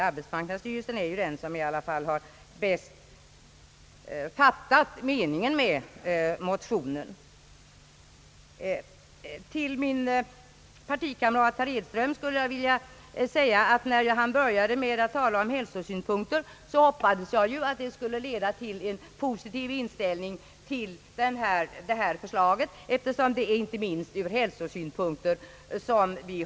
Arbetsmarknadsstyrelsen är den instans som bäst fattat meningen med motionen. Till min partikamrat herr Edström skulle jag vilja säga, att när han började med att tala om hälsosynpunkter hoppades jag att fortsättningen skulle leda till en positiv inställning till förslaget, eftersom vi har fört fram det inte minst ur hälsosynpunkt.